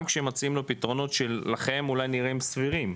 גם כשמציעים לו פתרונות שלכם אולי נראים סבירים.